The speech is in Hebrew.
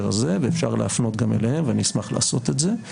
הזה ואפשר להפנות גם אליהם ונשמח לעשות את זה,